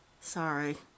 Sorry